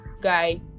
guy